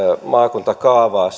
maakuntakaavaa